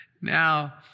Now